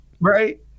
Right